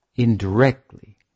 Indirectly